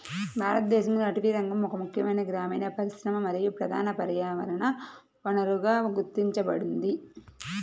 భారతదేశంలో అటవీరంగం ఒక ముఖ్యమైన గ్రామీణ పరిశ్రమ మరియు ప్రధాన పర్యావరణ వనరుగా గుర్తించబడింది